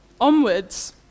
onwards